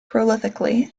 prolifically